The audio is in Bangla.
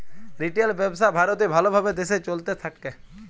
রিটেল ব্যবসা ভারতে ভাল ভাবে দেশে চলতে থাক্যে